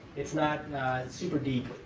it's not super deep.